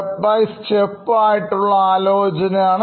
step by step ആയിട്ടുള്ള ആലോചനയാണ്